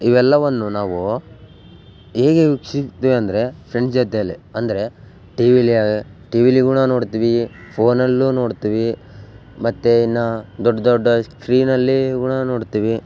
ಇವೆಲ್ಲವನ್ನು ನಾವು ಹೇಗೆ ವೀಕ್ಷಿಸಿದ್ವಿ ಅಂದರೆ ಫ್ರೆಂಡ್ ಜೊತೇಲಿ ಅಂದರೆ ಟಿ ವೀಲಿ ಟಿ ವೀಲಿ ಕೂಡ ನೋಡ್ತೀವಿ ಫೋನಲ್ಲು ನೋಡ್ತೀವಿ ಮತ್ತು ಇನ್ನು ದೊಡ್ಡ ದೊಡ್ಡ ಸ್ಕ್ರೀನಲ್ಲಿ ಕೂಡ ನೋಡ್ತೀವಿ